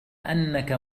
أنك